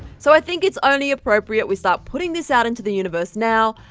so i think it's only appropriate we start putting this out into the universe now,